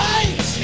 Fight